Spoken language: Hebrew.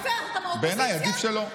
בעיניי, עדיף שלא.